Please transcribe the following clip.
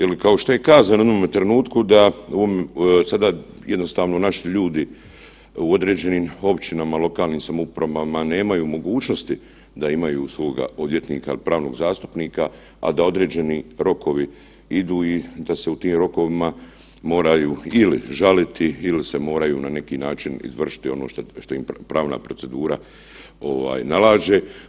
Ili kao što je kazano u onome trenutku da sada jednostavno naši ljudi u određenim općinama, lokalnim samoupravama nemaju mogućnosti da nemaju svog odvjetnika, pravnog zastupnika, a da određeni rokovi idu i da se u tim rokovima moraju ili žaliti ili se moraju na neki način izvršiti ono što im pravna procedura ovaj nalaže.